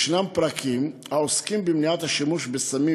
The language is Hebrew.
ישנם פרקים העוסקים במניעת השימוש בסמים